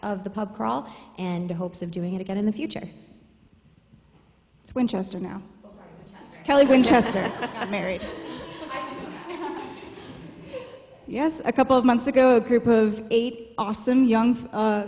of the pub crawl and hopes of doing it again in the future it's winchester now kelly winchester i married yes a couple of months ago a group of eight awesome young